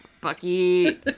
Bucky